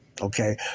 Okay